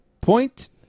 point